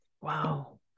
Wow